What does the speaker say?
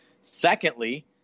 Secondly